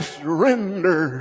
surrender